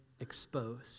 exposed